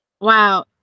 Wow